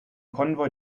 konvoi